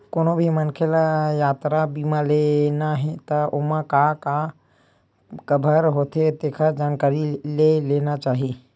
कोनो भी मनखे ल यातरा बीमा लेना हे त ओमा का का कभर होथे तेखर जानकारी ले लेना चाही